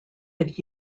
had